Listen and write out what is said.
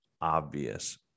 obvious